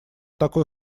такой